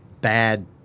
bad